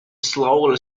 slower